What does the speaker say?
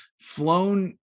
flown